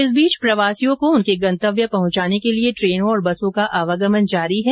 इस बीच प्रवासियों को उनके गन्तव्य पहुंचाने के लिये ट्रेनों और बसों का आवगमन जारी है